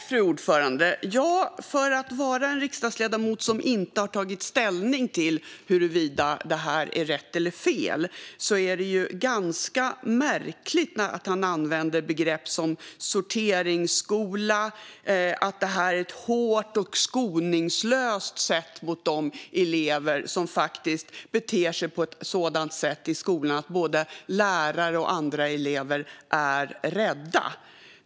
Fru talman! För att vara en riksdagsledamot som inte har tagit ställning till om det här är rätt eller fel är det ganska märkligt att Linus Sköld använder begrepp som sorteringsskola och säger att detta är ett hårt och skoningslöst sätt mot de elever som faktiskt beter sig på ett sådant sätt i skolan att både lärare och andra elever är rädda.